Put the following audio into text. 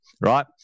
right